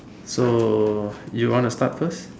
so you want to start first